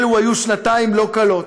אלו היו שנתיים לא קלות.